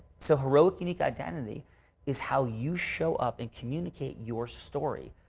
so, heroic unique identity is how you show up and communicate your story.